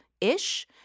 ish